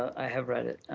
i have read it.